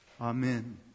Amen